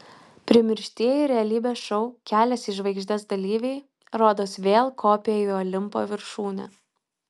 primirštieji realybės šou kelias į žvaigždes dalyviai rodos vėl kopia į olimpo viršūnę